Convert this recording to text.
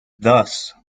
thus